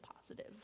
positive